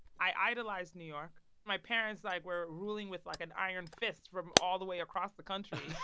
i idolized new york. my parents, like, were ruling with, like, an iron fist from all the way across the country,